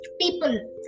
people